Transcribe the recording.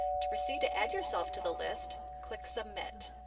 to proceed to add yourself to the list, click submit,